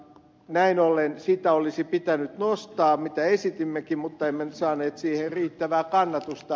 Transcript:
näin ollen sitä olisi pitänyt nostaa mitä esitimmekin mutta emme saaneet siihen riittävää kannatusta